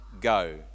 Go